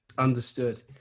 understood